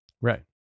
Right